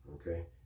Okay